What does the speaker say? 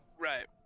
Right